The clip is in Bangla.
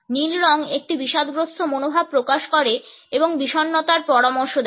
নীল রং একটি বিষাদগ্রস্থ মনোভাব প্রকাশ করে এবং বিষণ্নতার পরামর্শ দেয়